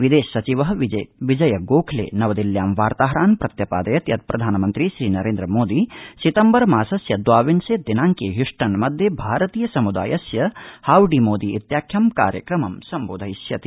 विदेश सचिव विजयगोखले नवदिल्ल्यां वार्ताहरान् प्रत्यपादयत् यत् प्रधानमन्त्री श्रीनरेन्द्रमोदी सितम्बर मासस्य द्वाविंशे दिनांके ह्य्स्टन मध्ये भारतीय सम्दायस्य हाउडी मोदी त्याख्यं कार्यक्रमं सम्बोधयिष्यति